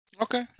Okay